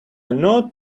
note